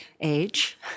age